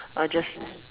I'll just